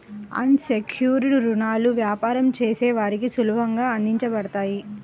అన్ secured రుణాలు వ్యాపారం చేసే వారికి సులభంగా అందించబడతాయి